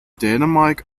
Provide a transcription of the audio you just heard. dänemark